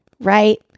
right